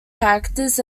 characters